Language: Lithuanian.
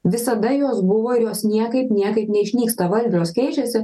visada jos buvo ir jos niekaip niekaip neišnyksta valdžios keičiasi